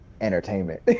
entertainment